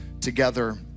together